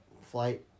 flight